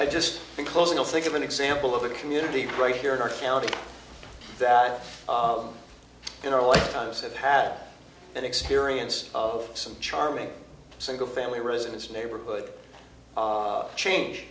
i just think closing all think of an example of a community right here in our county that in our lifetimes have had an experience of some charming single family residence neighborhood change